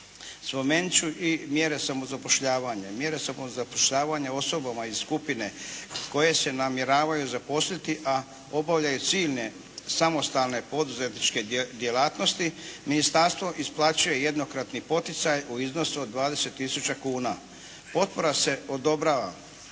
Mjere samozapošljavanja osobama iz skupine koje se namjeravaju zaposliti, a obavljaju ciljne samostalne poduzetničke djelatnosti ministarstvo isplaćuje jednokratni poticaj u iznosu od 20 tisuća kuna. Potpora se odobrava